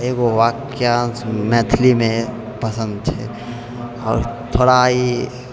एगो वाक्यांश मैथिलीमे पसन्द छै आओर थोड़ा ई